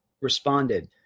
responded